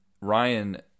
ryan